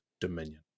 dominion